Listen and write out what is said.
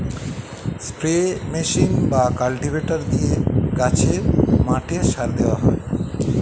spray machine বা cultivator দিয়ে গাছে, মাঠে সার দেওয়া হয়